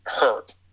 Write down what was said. hurt